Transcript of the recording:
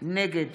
נגד